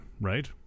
right